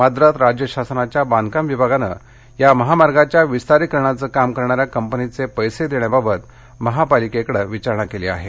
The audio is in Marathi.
मात्र राज्य शासनाच्या बांधकाम विभागानं या महामार्गाच्या विस्तारीकरणाचं काम करणा या कंपनीचे पस्तीदेण्याबाबत महापालिकेकडं विचारणा केली आहे